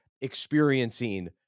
experiencing